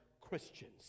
Christians